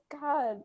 God